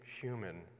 human